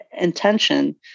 intention